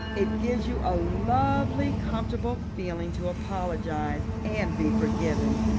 it gives you a lovely, comfortable feeling to apologize and be forgiven,